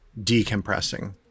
decompressing